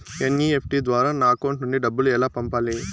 NEFT ద్వారా నా account నుండి డబ్బులు ఎలా పంపాలి